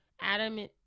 Adam